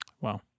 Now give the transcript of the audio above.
wow